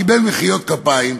קיבל מחיאות כפיים,